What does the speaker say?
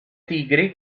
tigri